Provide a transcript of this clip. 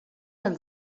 els